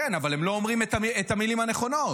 כן, אבל הם לא אומרים את המילים הנכונות.